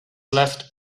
left